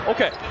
Okay